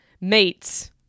mates